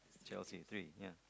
Chelsea three ya